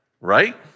Right